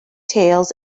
tails